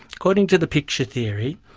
according to the picture theory,